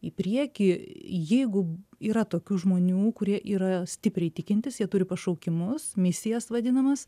į priekį jeigu yra tokių žmonių kurie yra stipriai tikintys jie turi pašaukimus misijas vadinamas